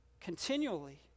continually